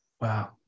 Wow